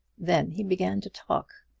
then he began to talk.